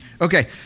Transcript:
Okay